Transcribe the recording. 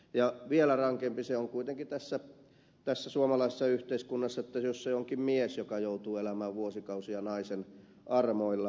ja vielä rankempi se on kuitenkin tässä suomalaisessa yhteiskunnassa jos se onkin mies joka joutuu elämään vuosikausia naisen armoilla